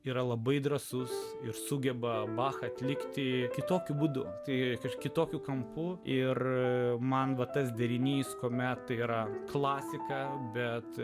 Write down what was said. yra labai drąsus ir sugebame atlikti kitokiu būdu tai kad kitokiu kampu ir man va tas derinys ko metai yra klasika bet